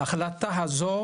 ההחלטה הזו,